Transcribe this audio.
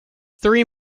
three